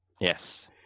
Yes